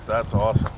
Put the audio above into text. that's awesome.